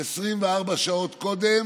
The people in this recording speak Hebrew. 24 שעות קודם